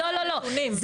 לא, לא, לא.